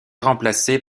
remplacé